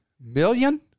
million